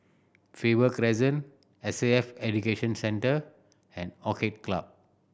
Faber Crescent S A F Education Centre and Orchid Club